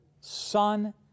Son